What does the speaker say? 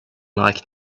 like